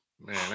Man